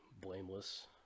blameless